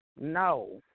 no